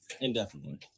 indefinitely